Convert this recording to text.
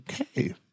Okay